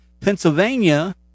Pennsylvania